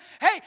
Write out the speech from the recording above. Hey